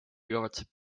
kavatseb